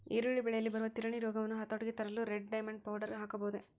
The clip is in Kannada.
ಈರುಳ್ಳಿ ಬೆಳೆಯಲ್ಲಿ ಬರುವ ತಿರಣಿ ರೋಗವನ್ನು ಹತೋಟಿಗೆ ತರಲು ರೆಡ್ ಡೈಮಂಡ್ ಪೌಡರ್ ಹಾಕಬಹುದೇ?